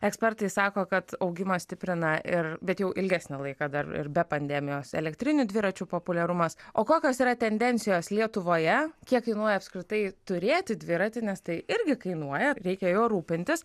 ekspertai sako kad augimą stiprina ir bet jau ilgesnį laiką dar ir be pandemijos elektrinių dviračių populiarumas o kokios yra tendencijos lietuvoje kiek kainuoja apskritai turėti dviratį nes tai irgi kainuoja reikia juo rūpintis